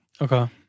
okay